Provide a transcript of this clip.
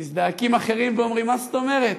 מזדעקים אחרים ואומרים: מה זאת אומרת?